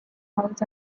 halls